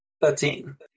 Thirteen